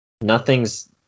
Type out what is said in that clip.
nothing's